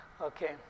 Okay